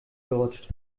gerutscht